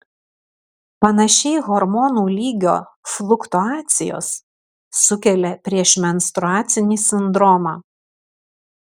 panašiai hormonų lygio fluktuacijos sukelia priešmenstruacinį sindromą